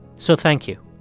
so thank you